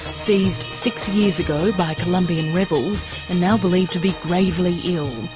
seized six years ago by colombian rebels and now believed to be gravely ill.